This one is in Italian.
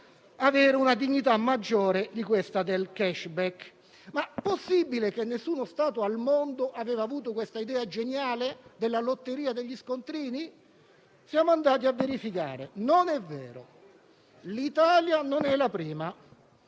avere maggiore dignità. È possibile che nessuno Stato al mondo aveva avuto questa idea geniale della lotteria degli scontrini? Siamo andati a verificare e non è vero. L'Italia non è la prima;